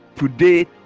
today